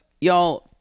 y'all